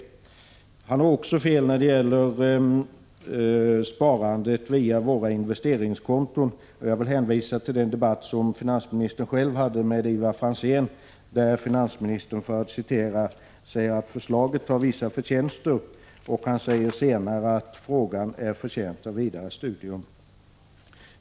Finansministern har också fel när det gäller sparandet via de investeringskonton som vi har föreslagit. Jag vill hänvisa till den debatt som finansministern hade med Ivar Franzén. Där sade finansministern att förslaget har ”vissa förtjänster”. Finansministern sade i ett senare inlägg att ”frågan är förtjänt av vidare studium”.